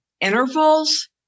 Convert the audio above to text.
intervals